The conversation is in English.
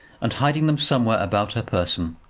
and hiding them somewhere about her person,